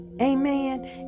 amen